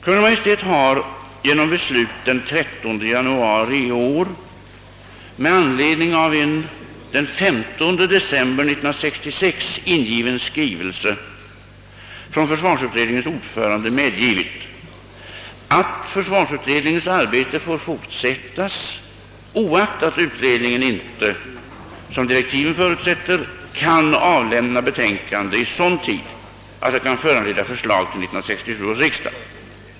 Kungl. Maj:t har genom beslut den 13 januari 1967 med anledning av en den 15 december 1966 ingiven skrivelse från försvarsutredningens ordförande medgivit att försvarsutredningens arbete får fortsättas oaktat utredningen inte — som direktiven förutsätter — kan avlämna betänkande i sådan tid att det kan föranleda förslag till 1967 års riksdag.